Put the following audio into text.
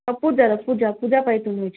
ହଁ ପୂଜା ର ପୂଜା ପୂଜା ପାଇଁ ତ ନେଉଛି